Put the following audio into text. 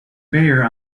bayer